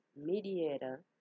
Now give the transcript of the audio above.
mediator